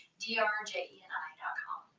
drjeni.com